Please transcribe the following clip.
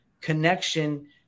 connection